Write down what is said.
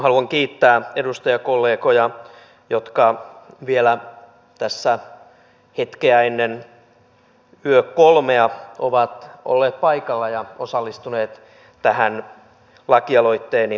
haluan kiittää edustajakollegoja jotka vielä tässä hetkeä ennen yökolmea ovat olleet paikalla ja osallistuneet tähän lakialoitteeni lähetekeskusteluun